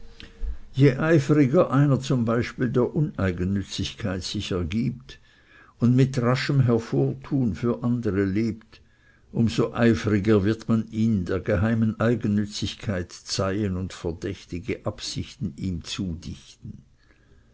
je eifriger einer zum beispiel der uneigennützigkeit sich ergibt und mit raschem hervortun für andere lebt um so eifriger wird man ihn der geheimen eigennützigkeit zeihen und verdächtige absichten ihm zudichten